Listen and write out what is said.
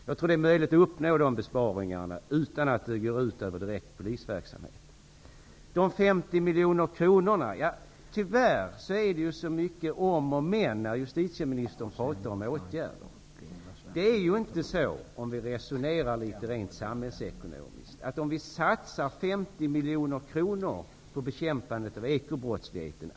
Jag tror att det är möjligt att uppnå besparingar utan att det går ut över direkt polisverksamhet. Det har talats om 50 miljoner kronor. Tyvärr är det så mycket om och men när justitieministern pratar om åtgärder. Om man resonerar samhällsekonomiskt innebär det ingen merutgift för samhället om vi satsar 50 miljoner kronor på bekämpandet av ekobrottsligheten.